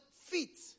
feet